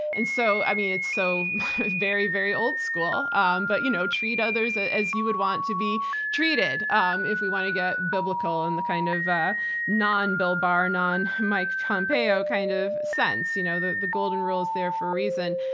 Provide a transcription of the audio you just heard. and so, i mean, it's so very, very old school um but you know treat others ah as you would want to be treated. um if we want to get biblical in the kind of ah non-bill barr, non-mike pompeo kind of sense. you know the the golden rule is there for a reason.